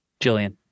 Jillian